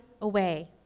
away